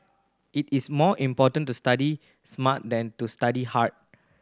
it is more important to study smart than to study hard